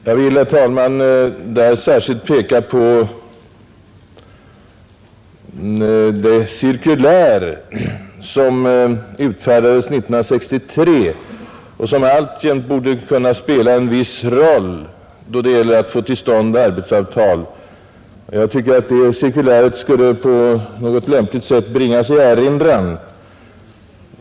Jag vill, herr talman, därvidlag särskilt peka på det cirkulär som utfärdades 1963 och som alltjämt borde kunna spela en viss roll då det gäller att få till stånd arbetsavtal. Jag tycker att detta cirkulär skulle på något lämpligt sätt bringas i erinran.